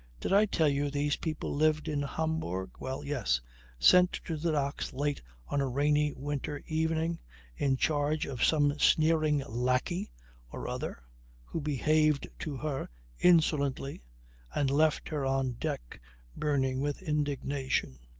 did i tell you these people lived in hamburg? well yes sent to the docks late on a rainy winter evening in charge of some sneering lackey or other who behaved to her insolently and left her on deck burning with indignation,